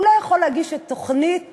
הוא לא יכול להגיש את תוכנית